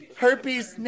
herpes